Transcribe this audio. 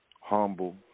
humble